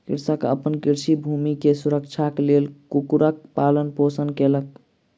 कृषक अपन कृषि भूमि के सुरक्षाक लेल कुक्कुरक पालन पोषण कयलक